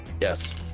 Yes